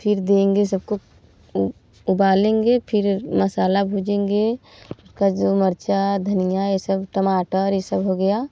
फिर देंगे सबको उ उबालेंगे फिर मसाला भुजेंगे कज्जू मिर्च धनिया यह सब टमाटर यह सब हो गया